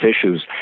issues